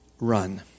run